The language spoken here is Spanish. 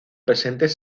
presentes